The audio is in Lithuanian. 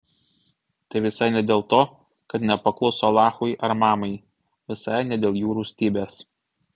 tai visai ne dėl to kad nepakluso alachui ar mamai visai ne dėl jų rūstybės